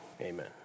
amen